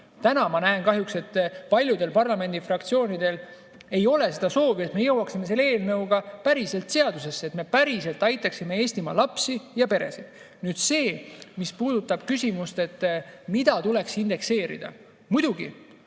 Täna ma näen kahjuks, et paljudel parlamendifraktsioonidel ei ole soovi, et me jõuaksime selle eelnõuga päriselt seaduseni, et me päriselt aitaksime Eestimaa lapsi ja peresid. Nüüd, mis puudutab küsimust, mida tuleks indekseerida. Muidugi,